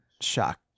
shock